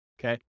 Okay